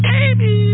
Baby